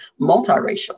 multiracial